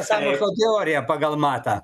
sąmokslo teorija pagal matą